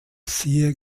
sehr